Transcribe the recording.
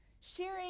Sharing